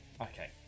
Okay